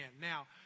Now